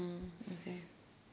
mm okay